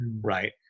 right